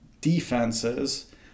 defenses